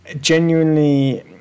genuinely